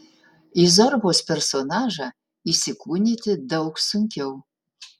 į zorbos personažą įsikūnyti daug sunkiau